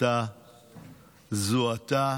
שגופתה זוהתה.